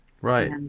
right